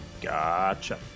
Gotcha